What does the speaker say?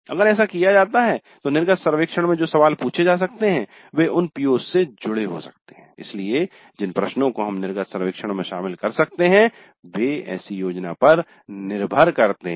अगर ऐसा किया जाता है तो निर्गत सर्वेक्षण में जो सवाल पूछे जा सकते हैं वे उन PO's से जुड़े हो सकते हैं इसलिए जिन प्रश्नों को हम निर्गत सर्वेक्षण में शामिल कर सकते हैं वे ऐसी योजना पर निर्भर करते हैं